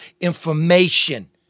information